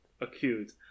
acute